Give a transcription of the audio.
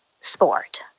sport